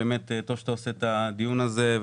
טוב שאתה עושה את הדיון הזה,